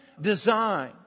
design